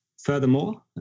furthermore